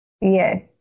yes